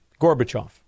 Gorbachev